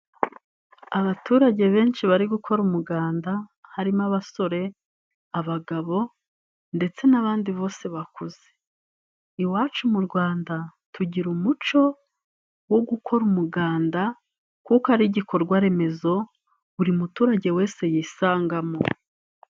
Abaturage benshi bari gukora umuganda, harimo abasore, abagabo ndetse n'abandi bose bakuze. Iwacu mu Rwanda tugira umuco wo gukora umuganda, kuko ari igikorwa remezo buri muturage wese yisangamo.